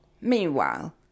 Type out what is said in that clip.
Meanwhile